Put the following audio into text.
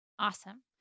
Awesome